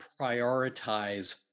prioritize